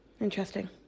Interesting